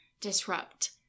disrupt